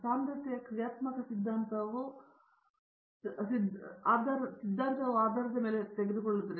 ಸಾಂದ್ರತೆಯ ಕ್ರಿಯಾತ್ಮಕ ಸಿದ್ಧಾಂತವು ಆಧಾರದ ಮೇಲೆ ತೆಗೆದುಕೊಳ್ಳುತ್ತದೆ